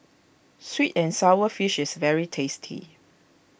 Sweet and Sour Fish is very tasty